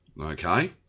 Okay